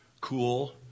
cool